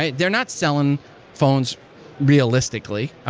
and they're not selling phones realistically.